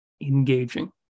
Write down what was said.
engaging